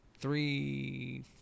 three